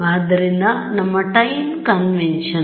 ಆದ್ದರಿಂದ ನಮ್ಮ time convention